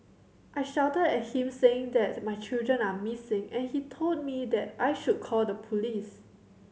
I shouted at him saying that my children are missing and he told me that I should call the police